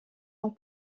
ans